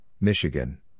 Michigan